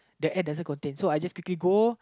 the air doesn't contain so I just quickly go